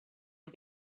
and